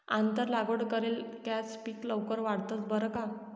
आंतर लागवड करेल कॅच पिके लवकर वाढतंस बरं का